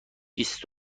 بیست